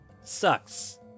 sucks